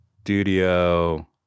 studio